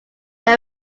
they